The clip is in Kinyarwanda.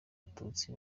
abatutsi